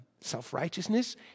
Self-righteousness